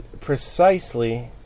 precisely